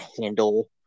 handle